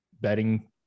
betting